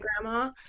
grandma